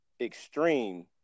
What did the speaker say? extreme